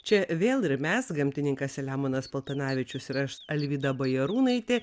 čia vėl ir mes gamtininkas selemonas paltanavičius ir aš alvyda bajarūnaitė